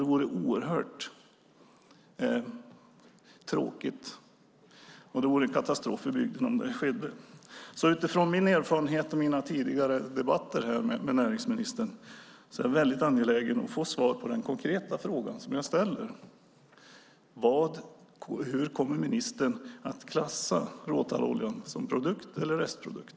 Det vore oerhört tråkigt, och det vore en katastrof för bygden om det skedde. Utifrån min erfarenhet och mina tidigare debatter med näringsministern är jag väldigt angelägen om att få svar på den konkreta fråga som jag ställer: Hur kommer ministern att klassa råtalloljan, som produkt eller som restprodukt?